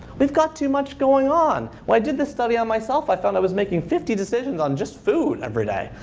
we've got too much going on. when i did this study on myself, i found i was making fifty decisions on just food every day,